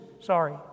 Sorry